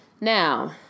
Now